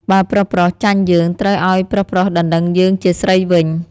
បើប្រុសៗចាញ់យើងត្រូវឲ្យប្រុសៗដណ្តឹងយើងជាស្រីវិញ" ។